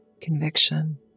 conviction